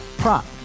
prop